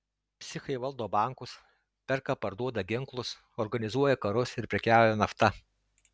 psichai valdo bankus perka parduoda ginklus organizuoja karus ir prekiauja nafta